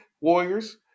Warriors